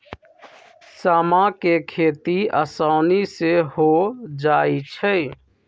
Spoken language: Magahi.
समा के खेती असानी से हो जाइ छइ